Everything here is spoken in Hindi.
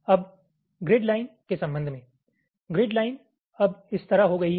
अब ग्रिड लाइन के संबंध में ग्रिड लाइन अब इस तरह हो गई है